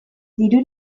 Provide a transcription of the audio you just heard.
diru